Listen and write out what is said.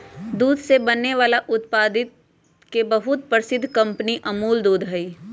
दूध से बने वाला उत्पादित के बहुत प्रसिद्ध कंपनी अमूल दूध हई